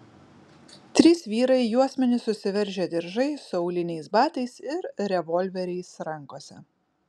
trys vyrai juosmenis susiveržę diržais su auliniais batais ir revolveriais rankose